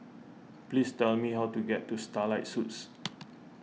please tell me how to get to Starlight Suites